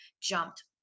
jumped